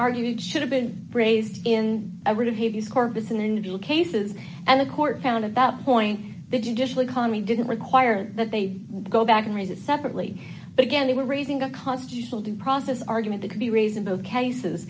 argued should have been raised in a writ of habeas corpus in individual cases and the court found at that point the judicial economy didn't require that they go back and raise it separately but again they were raising a constitutional due process argument that could be raising both cases